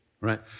Right